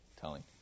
telling